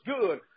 good